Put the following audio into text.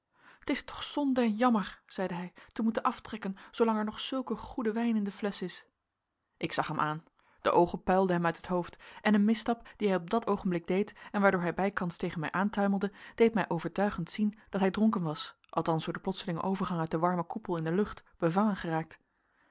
het is toch zonde en jammer zeide hij te moeten aftrekken zoolang er nog zulke goede wijn in de flesch is ik zag hem aan de oogen puilden hem uit het hoofd en een misstap dien hij op dat oogenblik deed en waardoor hij bijkans tegen mij aantuimelde deed mij overtuigend zien dat hij dronken was althans door den plotselingen overgang uit den warmen koepel in de lucht bevangen geraakt